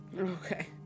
Okay